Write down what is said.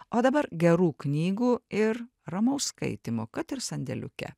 o dabar gerų knygų ir ramaus skaitymo kad ir sandėliuke